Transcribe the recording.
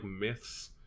myths